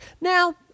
Now